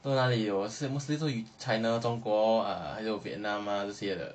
都哪里有是 mostly 都 china 中国 err 还有 vietnam 这些的